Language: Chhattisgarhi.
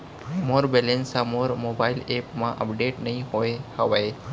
मोर बैलन्स हा मोर मोबाईल एप मा अपडेट नहीं होय हवे